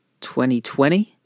2020